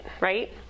right